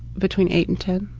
between eight and ten.